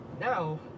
now